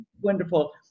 Wonderful